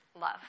love